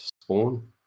spawn